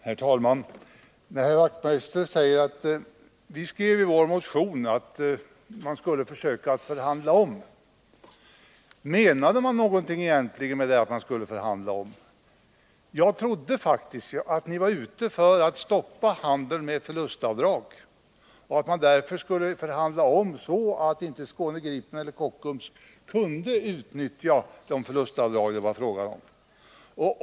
Herr talman! Herr Wachtmeister sade att ”vi skrev i vår motion att man skulle försöka att förhandla om”. Men menade man då egentligen någonting med talet om att förhandla om? Jag trodde faktiskt att ni var ute för att stoppa handeln med förlustavdrag och därför ville få en omförhandling, så att inte Skåne-Gripen eller Kockums AB kunde utnyttja de förlustavdrag det var fråga om.